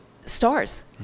stars